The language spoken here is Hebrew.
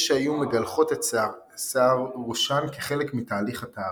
יש שהיו מגלחות את שיער ראשן כחלק מתהליך הטהרה.